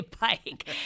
bike